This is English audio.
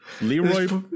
Leroy